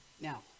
Now